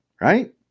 right